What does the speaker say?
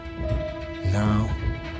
Now